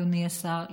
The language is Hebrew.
אדוני השר,